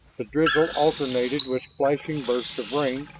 the drizzle alternated with slashing bursts of rain,